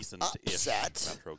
upset